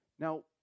Now